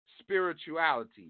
spirituality